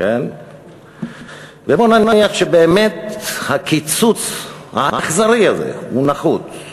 ובוא נניח שבאמת הקיצוץ האכזרי הזה הוא נחוץ,